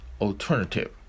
alternative